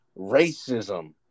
racism